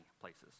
places